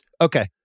Okay